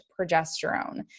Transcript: progesterone